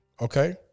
Okay